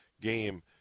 game